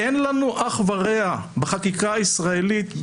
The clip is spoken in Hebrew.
אין לנו אח ורע בחקיקה הישראלית,